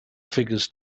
figures